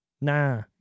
Nah